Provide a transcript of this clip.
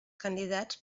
candidats